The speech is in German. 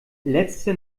letzte